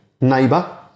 Neighbor